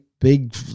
big